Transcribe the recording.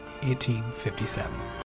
1857